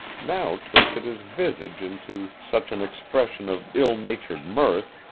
now twisted his visage into such an expression of ill-natured mirth,